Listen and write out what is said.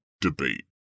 debate